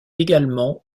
également